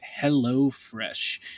HelloFresh